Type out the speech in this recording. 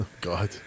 God